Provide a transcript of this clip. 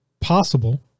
possible